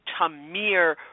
Tamir